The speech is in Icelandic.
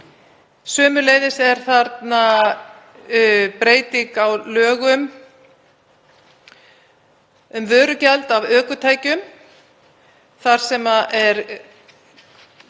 Sömuleiðis er þarna breyting á lögum um vörugjald af ökutækjum þar sem kveðið er